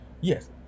Yes